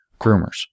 groomers